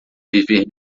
viver